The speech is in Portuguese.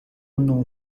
não